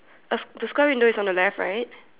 a s~ the square window is on the left right